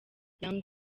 young